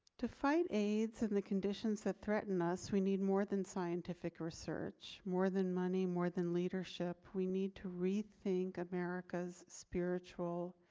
to fight aids and the conditions that threaten us we need more than scientific research, more than money, more than leadership, we need to rethink america's spiritual,